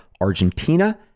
Argentina